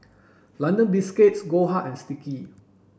London Biscuits Goldheart and Sticky